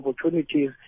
opportunities